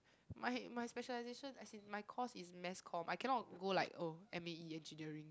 my my specialization as in my course is mass comm I cannot go like oh m_a_e engineering